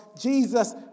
Jesus